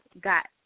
got